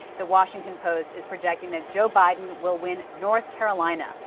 the washington post is projected that joe biden will win north carolina.